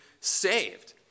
saved